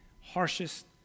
harshest